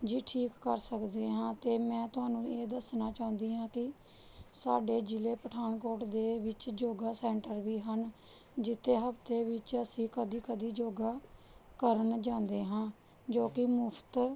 ਜੀ ਠੀਕ ਕਰ ਸਕਦੇ ਹਾਂ ਅਤੇ ਮੈਂ ਤੁਹਾਨੂੰ ਇਹ ਦੱਸਣਾ ਚਾਹੁੰਦੀ ਹਾਂ ਕਿ ਸਾਡੇ ਜ਼ਿਲ੍ਹੇ ਪਠਾਨਕੋਟ ਦੇ ਵਿੱਚ ਯੋਗਾ ਸੈਂਟਰ ਵੀ ਹਨ ਜਿੱਥੇ ਹਫਤੇ ਵਿੱਚ ਅਸੀਂ ਕਦੀ ਕਦੀ ਯੋਗਾ ਕਰਨ ਜਾਂਦੇ ਹਾਂ ਜੋ ਕਿ ਮੁਫਤ